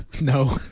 No